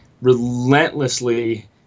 relentlessly